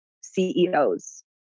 CEOs